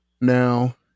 now